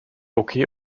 okay